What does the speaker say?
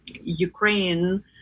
Ukraine